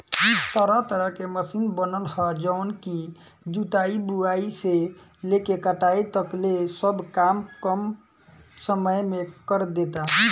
तरह तरह के मशीन बनल ह जवन की जुताई, बुआई से लेके कटाई तकले सब काम कम समय में करदेता